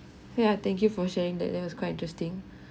yeah thank you for sharing that that was quite interesting